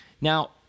Now